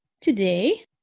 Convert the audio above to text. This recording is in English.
today